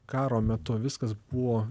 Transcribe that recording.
karo metu viskas buvo